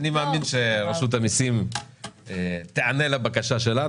אני מאמין שרשות המיסים תיענה לבקשה שלנו.